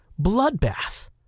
bloodbath